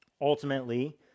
Ultimately